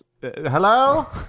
Hello